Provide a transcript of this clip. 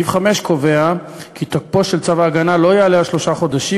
סעיף 5 קובע כי תוקפו של צו ההגנה לא יעלה על שלושה חודשים,